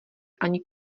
ani